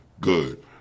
Good